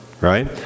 right